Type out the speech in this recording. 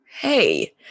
Hey